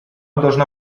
должно